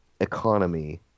economy